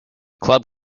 club